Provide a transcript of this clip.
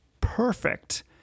perfect